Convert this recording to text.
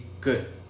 good